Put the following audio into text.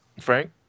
Frank